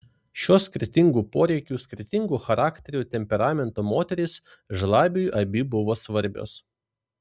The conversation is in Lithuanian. šios skirtingų poreikių skirtingų charakterių temperamento moterys žlabiui abi buvo svarbios